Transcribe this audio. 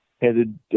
headed